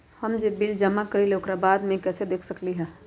हम जे बिल जमा करईले ओकरा बाद में कैसे देख सकलि ह?